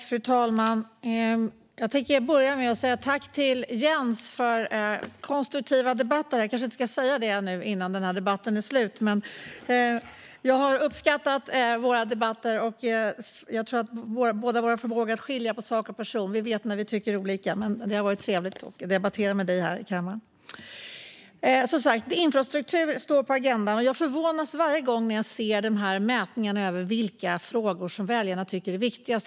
Fru talman! Jag ska börja med att säga tack till Jens för konstruktiva debatter - men jag kanske inte ska säga det innan denna debatt är slut. Jag har dock uppskattat våra debatter och bådas vår förmåga att skilja på sak och person. Vi vet när vi tycker olika, men det har varit trevligt att debattera med dig här. Infrastruktur står som sagt på agendan. Jag förvånas varje gång jag ser mätningen över vilka frågor som väljarna tycker är viktigast.